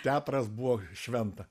teatras buvo šventa